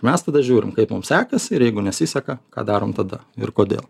mes tada žiūrim kaip mum sekasi ir jeigu nesiseka ką darom tada ir kodėl